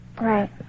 Right